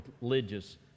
religious